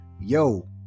yo